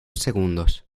segundos